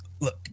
Look